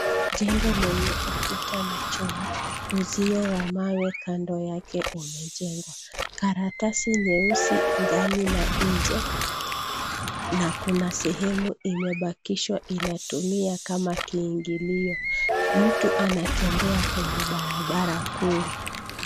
Jengo lenye ukuta na chuma, uzio wa mawe kando yake umejengwa. Karatasi nyeusi ndani na nje, na kuna sehemu imebakishwa inatumika kama kiingilio. Mtu anatembea kwenye barabara kuu.